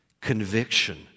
conviction